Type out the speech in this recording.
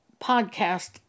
podcast